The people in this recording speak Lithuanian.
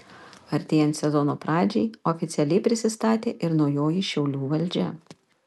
artėjant sezono pradžiai oficialiai prisistatė ir naujoji šiaulių valdžia